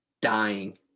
dying